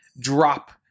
drop